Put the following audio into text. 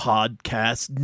Podcast